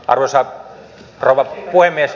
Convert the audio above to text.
arvoisa rouva puhemies